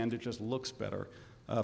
end it just looks better